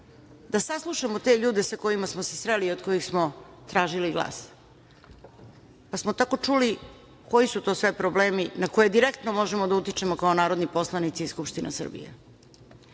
da saslušamo te ljude sa kojima smo sreli i od kojih smo tražili glas. Tako smo čuli koji su sve to problemi na koje direktno možemo da utičemo kao narodni poslanici i Skupština Srbije.